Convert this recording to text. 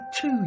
two